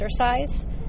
exercise